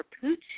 Pooch